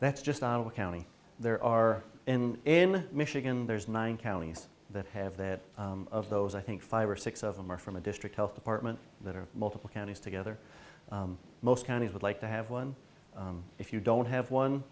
that's just on the county there are in michigan there's nine counties that have that of those i think five or six of them are from a district health department that are multiple counties together most counties would like to have one if you don't have one